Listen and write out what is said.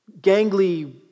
gangly